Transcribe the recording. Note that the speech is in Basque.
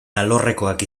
alorrekoak